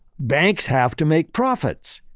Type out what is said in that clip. banks have to make profits.